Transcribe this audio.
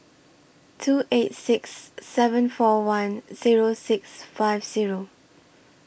two eight six seven four one Zero six five Zero